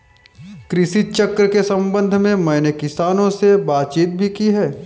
कृषि चक्र के संबंध में मैंने किसानों से बातचीत भी की है